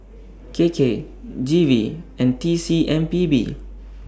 K K G V and T C M P B